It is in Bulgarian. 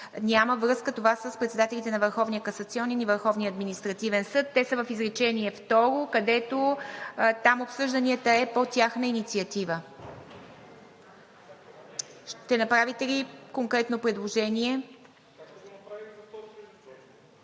Няма връзка това с председателите на Върховния касационен съд и Върховния административен съд, те са в изречение второ, където „обсъжданията“ там е по тяхна инициатива. Ще направите ли конкретно предложение?